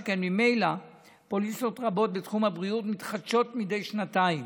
שכן ממילא פוליסות רבות בתחום הבריאות מתחדשות מדי שנתיים.